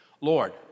Lord